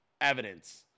evidence